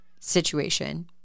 situation